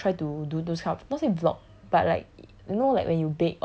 like he got try to do those kind of not say vlog but like